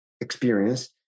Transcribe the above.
experience